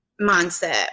mindset